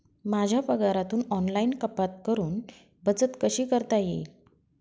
माझ्या पगारातून ऑनलाइन कपात करुन बचत कशी करता येईल?